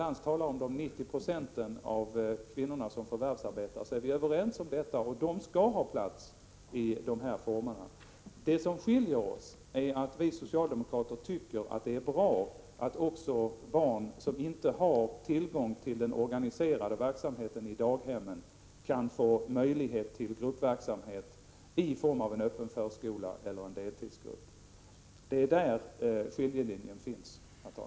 Vi är överens om att de 90 20 av kvinnorna som förvärvsarbetar, som Inga Lantz talar om, skall ha plats i de här formerna. Det som skiljer oss är att vi socialdemokrater tycker att det är bra att också barn som inte har tillgång till den organiserade verksamheten i daghemmen får möjlighet till gruppverksamhet inom en öppen förskola eller i en deltidsgrupp. Det är där skiljelinjen finns, herr talman.